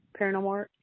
paranormal